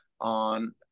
on